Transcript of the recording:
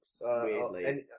weirdly